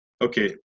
okay